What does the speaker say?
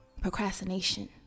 procrastination